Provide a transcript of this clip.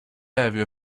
area